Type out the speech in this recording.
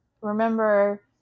remember